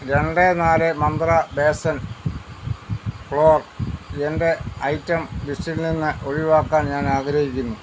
രണ്ട് നാല് മന്ത്ര ബേസൻ ഫ്ലോർ എന്റെ ഐറ്റം ലിസ്റ്റിൽ നിന്ന് ഒഴിവാക്കാൻ ഞാൻ ആഗ്രഹിക്കുന്നു